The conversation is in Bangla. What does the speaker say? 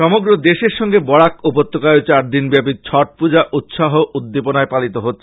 সমগ্র দেশের সঙ্গে বরাক উপত্যকায়ও চারদিনব্যাপী ছট পূজা উৎসাহ উদ্দীপনায় পালিত হচ্ছে